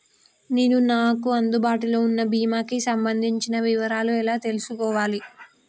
నేను నాకు అందుబాటులో ఉన్న బీమా కి సంబంధించిన వివరాలు ఎలా తెలుసుకోవాలి?